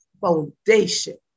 foundation